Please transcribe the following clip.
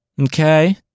Okay